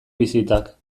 bisitak